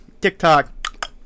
tiktok